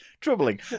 troubling